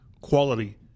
quality